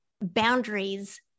boundaries